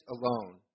alone